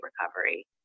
recovery